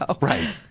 Right